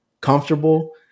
comfortable